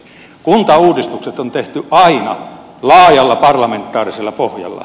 kuntauudistukset on tehty aina laajalla parlamentaarisella pohjalla